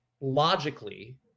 logically –